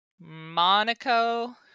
Monaco